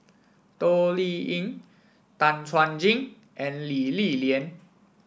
Toh Liying Tan Chuan Jin and Lee Li Lian